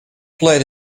played